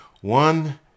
One